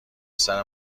پسر